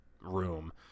room